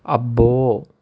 అబ్బో